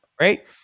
Right